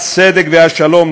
הצדק והשלום,